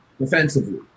defensively